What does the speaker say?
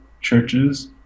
churches